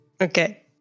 Okay